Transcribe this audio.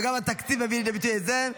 וגם התקציב הביא לידי ביטוי את זה.